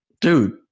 Dude